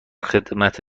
خدمت